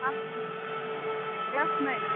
सानथाम class nine